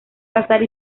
casar